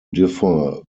defer